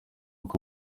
uko